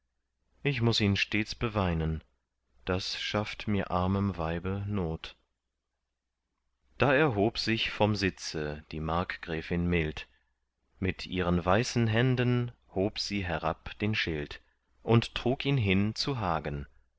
ich muß ihn stets beweinen das schafft mir armem weibe not da erhob sich vom sitze die markgräfin mild mit ihren weißen händen hob sie herab den schild und trug ihn hin zu hagen